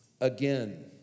again